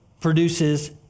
produces